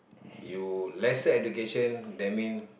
you lesser education that mean